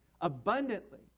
abundantly